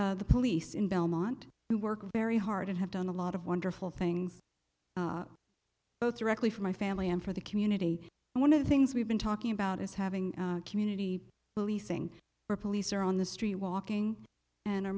is the police in belmont who work very hard and have done a lot of wonderful things both directly for my family and for the community and one of the things we've been talking about is having community policing or police are on the street walking and are